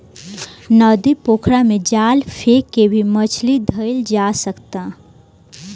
नदी, पोखरा में जाल फेक के भी मछली धइल जा सकता